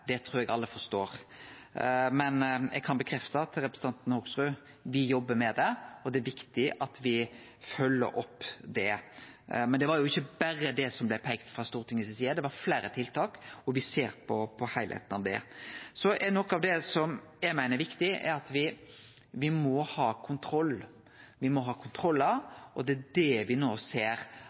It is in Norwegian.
Eg trur òg alle forstår viktigheita av at me har god kontroll når me skal setje det ut i livet. Men eg kan bekrefte for representanten Hoksrud at me jobbar med det, og det er viktig at me følgjer det opp. Men det var ikkje berre dette det blei peikt på frå Stortingets side. Det var fleire tiltak, og me ser på heilskapen. Noko av det eg meiner er viktig, er at me må ha kontroll. Me må ha kontrollar, og det er det me no ser